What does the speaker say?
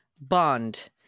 Bond